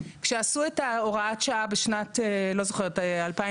כשעשו את הוראת השעה בשנת 2015,